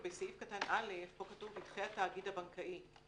בסעיף קטן (א) כתוב "ידחה התאגיד הבנקאי".